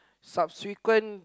subsequent